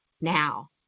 now